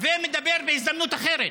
ומדבר בהזדמנות אחרת.